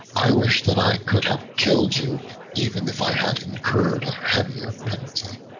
i wish that i could have killed you even if i had incurred a heavier penalty.